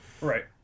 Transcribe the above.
Right